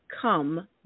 come